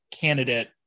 candidate